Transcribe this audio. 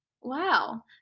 Wow